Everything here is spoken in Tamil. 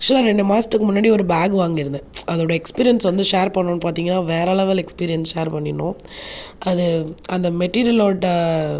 ஆக்ச்சுவலாக ரெண்டு மாதத்துக்கு முன்னாடி ஒரு பேக் வாங்கியிருந்தேன் அதோடய எக்ஸ்பீரியன்ஸ் வந்து சேர் பண்ணனும்னு பார்த்தீங்கன்னா வேற லெவல் எக்ஸ்பீரியன்ஸ் சேர் பண்ணினோம் அது அந்த மெட்டீரியலோடய